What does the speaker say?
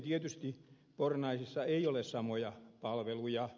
tietystikään pornaisissa ei ole samoja palveluja